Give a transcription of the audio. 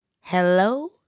Hello